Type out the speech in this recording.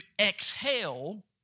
exhale